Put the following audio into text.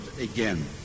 again